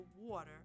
water